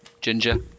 ginger